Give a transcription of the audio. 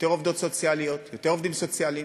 יותר עובדות סוציאליות, יותר עובדים סוציאליים,